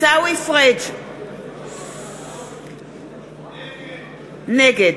נגד